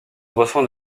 reçoit